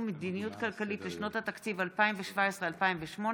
המדיניות הכלכלית לשנות התקציב 2017 ו-2018)